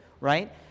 right